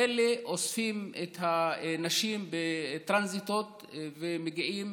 אלה אוספים את הנשים בטרנזיטים ומגיעים